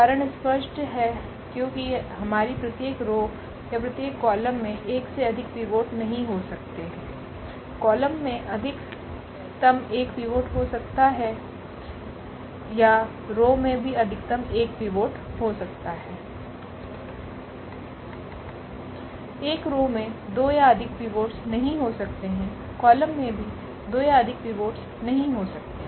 कारण स्पष्ट है क्योंकि हमारी प्रत्येक रो या प्रत्येक कॉलम में एक से अधिक पिवोट नहीं हो सकते है कॉलम में अधिकतम एक पिवोट हो सकता है या रो मे भी अधिकतम एक पिवोट हो सकता है एक रो में दो या अधिक पिवोट्स नहीं हो सकते हैं कॉलम मे भी दो या अधिक पिवट्स नहीं हो सकते हैं